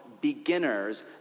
beginners